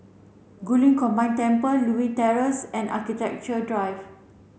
Guilin Combined Temple Lewin Terrace and Architecture Drive